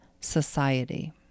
society